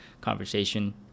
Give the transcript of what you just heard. conversation